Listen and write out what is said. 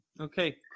Okay